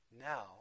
now